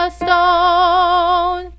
stone